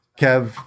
Kev